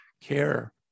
care